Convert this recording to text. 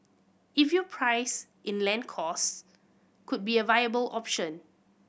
if you price in land costs could be a viable option